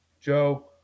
Joe